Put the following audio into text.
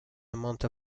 amounts